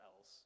else